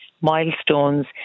milestones